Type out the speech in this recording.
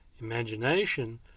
Imagination